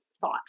thought